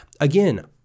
again